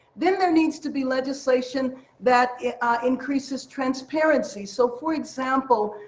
then there needs to be legislation that increases transparency. so, for example,